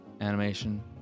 animation